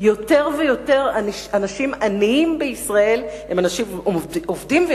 יותר ויותר אנשים עניים בישראל הם אנשים עובדים.